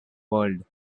world